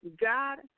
God